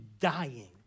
dying